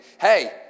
Hey